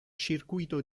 circuito